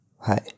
Hi